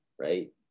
right